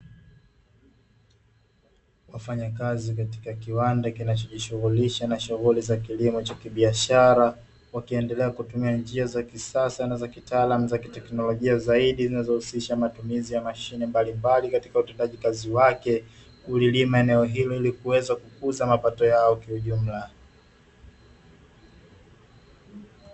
Wafanyakazi katika kiwanda kinacho jishughulisha na shughuli za kilimo cha kibiashara, wakiendelea kutumia njia za kisasa na za kitaalamu za kiteknolojia zaidi, zinazohusisha matumizi ya mashine mbalimbali katika utendaji kazi wake kulilima eneo hilo ili kuweza kukuza mapato yao kiujumla.